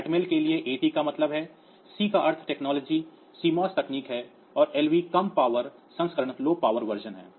ATMEL के लिए AT का मतलब है C का अर्थ टेक्नॉलजी सीएमओएस तकनीक है और LV कम पावर संस्करण है